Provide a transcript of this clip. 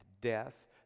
death